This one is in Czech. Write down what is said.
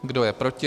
Kdo je proti?